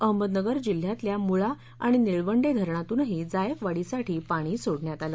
अहमदनगर जिल्ह्यातल्या मुळा आणि निळवंडे धरणातूनही जायकवाडीसाठी पाणी सोडण्यात आलं